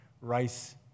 rice